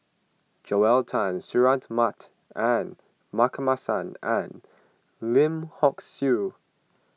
Joel Tan Suratman and Markasan and Lim Hock Siew